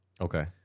Okay